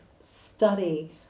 study